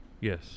Yes